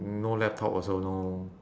no laptop also no